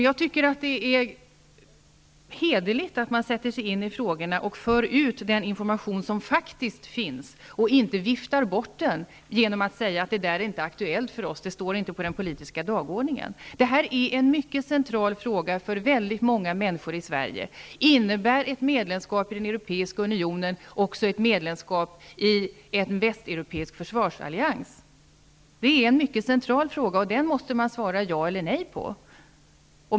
Jag tycker att det är hederligt att man sätter sig in i frågorna och för ut den information som faktiskt finns och inte viftar bort den genom att säga att det inte är aktuellt för oss, att det inte står på den politiska dagordningen. Det här är en mycket central fråga för väldigt många människor i Sverige: Innebär ett medlemskap i den europeiska unionen också ett medlemskap i en västeuropeisk försvarsallians? Det är en mycket central fråga, och den måste man svara ja eller nej på.